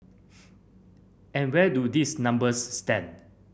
and where do these numbers stand